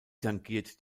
tangiert